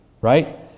right